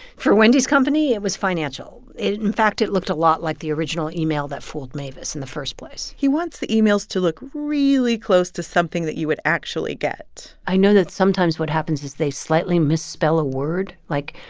for wendy's company, it was financial. in fact, it looked a lot like the original email that fooled mavis in the first place he wants the emails to look really close to something that you would actually get i know that sometimes what happens is they slightly misspell a word. like,